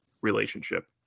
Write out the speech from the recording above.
relationship